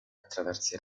attraverso